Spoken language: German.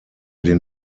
den